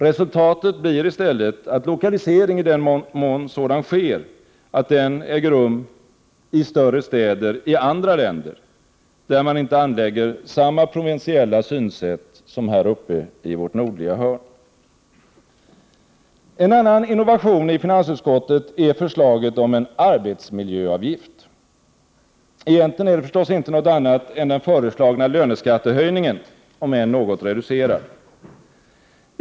Resultatet blir i stället att lokalisering sker till större städer i andra länder, där man inte anlägger samma provinsiella synsätt som här uppe i vårt nordliga hörn. En annan innovation i finansutskottet är förslaget om en arbetsmiljöavgift. Egentligen är det förstås inte något annat än den föreslagna löneskattehöjningen, om än något reducerad.